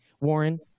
Warren